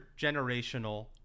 intergenerational